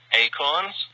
acorns